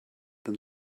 them